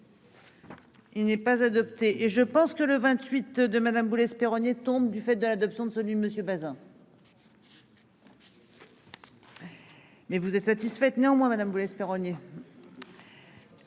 Il n'est pas adopté et je pense que le 28 de Madame Boulay-Espéronnier tombe du fait de l'adoption de ce monsieur Bazin. Mais vous êtes satisfaite néanmoins Madame Boulay-Espéronnier.